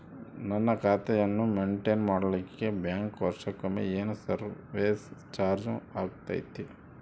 ನನ್ನ ಖಾತೆಯನ್ನು ಮೆಂಟೇನ್ ಮಾಡಿಲಿಕ್ಕೆ ಬ್ಯಾಂಕ್ ವರ್ಷಕೊಮ್ಮೆ ಏನು ಸರ್ವೇಸ್ ಚಾರ್ಜು ಹಾಕತೈತಿ?